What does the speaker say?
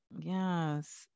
Yes